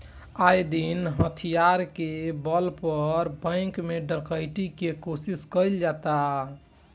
आये दिन हथियार के बल पर बैंक में डकैती के कोशिश कईल जाता